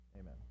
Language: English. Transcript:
Amen